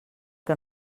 que